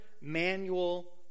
manual